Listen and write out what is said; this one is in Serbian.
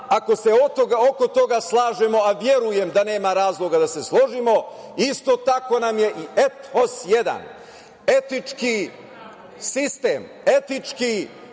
ako se oko toga slažemo, a verujem da nema razloga da se složimo, isto tako nam je i ethos jedan. Etički sistem, etički